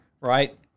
right